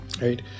right